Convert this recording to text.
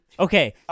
Okay